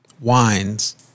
wines